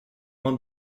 monde